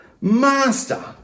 Master